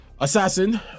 assassin